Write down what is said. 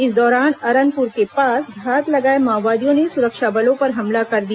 इस दौरान अरनपुर के पास घात लगाए माओवादियों ने सुरक्षा बलों पर हमला कर दिया